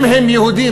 אם הם יהודים,